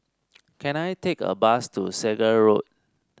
can I take a bus to Segar Road